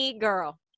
girl